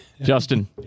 Justin